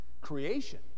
creation